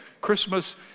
Christmas